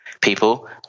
people